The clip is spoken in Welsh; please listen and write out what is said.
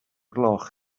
gloch